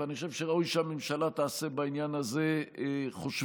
ואני חושב שראוי שהממשלה תעשה בעניין הזה חושבים,